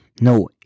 No